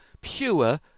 pure